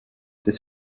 des